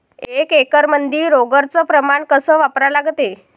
एक एकरमंदी रोगर च प्रमान कस वापरा लागते?